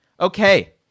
Okay